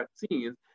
vaccines